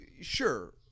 sure